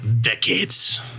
decades